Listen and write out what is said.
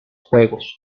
juegos